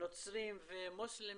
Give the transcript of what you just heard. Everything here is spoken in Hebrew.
נוצרים ומוסלמים,